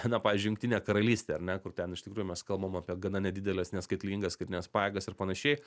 na pavyžiui jungtinė karalystė ar ne kur ten iš tikrųjų mes kalbam apie gana nedideles neskaitlingas karines pajėgas ir panašiai